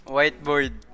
Whiteboard